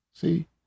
See